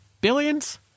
Billions